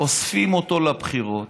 ואוספים אותו לבחירות.